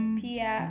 pia